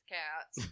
cats